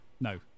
no